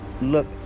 look